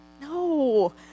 no